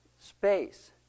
space